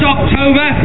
October